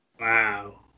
Wow